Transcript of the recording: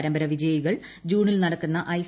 പരമ്പര വിജയികൾ ജൂണിൽ നടക്കുന്ന ഐ